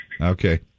Okay